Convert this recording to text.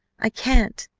i can't.